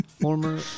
former